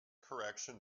correction